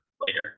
later